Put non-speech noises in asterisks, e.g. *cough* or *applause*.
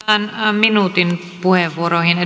siirrytään minuutin puheenvuoroihin *unintelligible*